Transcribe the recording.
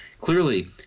clearly